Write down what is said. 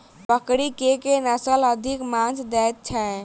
बकरी केँ के नस्ल अधिक मांस दैय छैय?